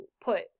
put